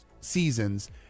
seasons